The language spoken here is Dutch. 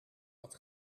dat